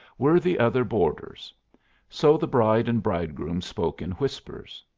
were the other boarders so the bride and bridegroom spoke in whispers.